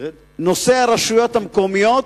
נושא הרשויות המקומיות,